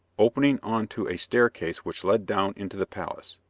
opening on to a staircase which led down into the palace.